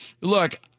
look